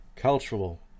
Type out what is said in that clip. cultural